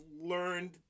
learned